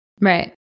Right